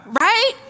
right